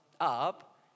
up